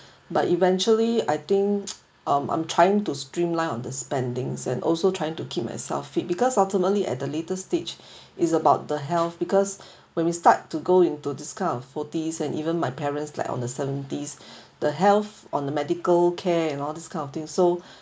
but eventually I think um I'm trying to streamline on the spendings and also trying to keep myself fit because ultimately at the later stage it's about the health because when we start to go into this kind forties and even my parents like on the seventies the health on the medical care and all this kind of thing so